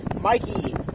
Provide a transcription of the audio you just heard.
Mikey